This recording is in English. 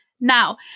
Now